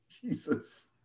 Jesus